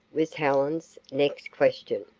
was helen's next question.